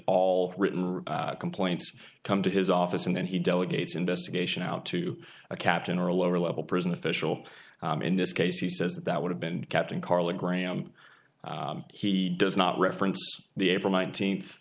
all written complaints come to his office and then he delegates investigation out to a captain or a lower level prison official in this case he says that would have been kept in karla graham he does not reference the april nineteenth